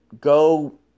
go